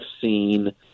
seen